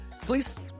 please